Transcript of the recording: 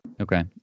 Okay